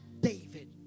David